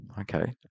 Okay